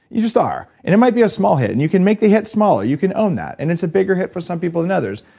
you just are. it might be a small hit, and you can make the hit smaller. you can own that. and it's a bigger hit for some people than others,